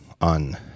on